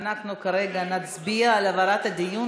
אנחנו כרגע נצביע על העברת הדיון